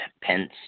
Pence